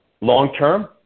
long-term